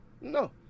no